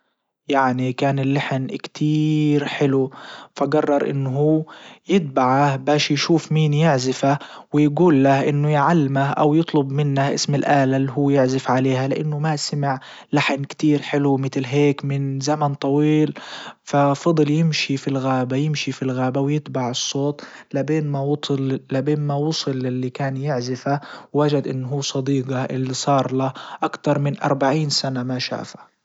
يعني كان اللحن كتير حلو فجرر انه هو يتبعه باش يشوف مين يعزفه ويجول له انه يعلمه او يطلب منه اسم الالة اللي هو يعزف عليها لانه ما سمع لحن كتير حلو متل هيك من زمن طويل ففضل يمشي في الغابة يمشي في الغابة ويتبع الصوت لبين ما وصل للي كان يعزفه وجد انه هو صديجه اللي صارله اكتر من اربعين سنه ما شافه.